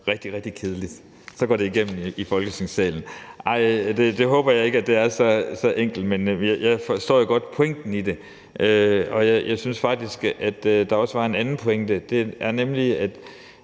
rigtig, rigtig kedeligt, så går det igennem her i Folketingssalen. Jeg håber ikke, at det er så enkelt, men jeg forstår jo godt pointen i det. Og jeg synes faktisk, at der også var en anden pointe, nemlig at